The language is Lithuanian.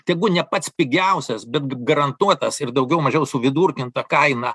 tegu ne pats pigiausias bet garantuotas ir daugiau mažiau suvidurkinta kaina